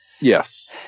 Yes